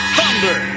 Thunder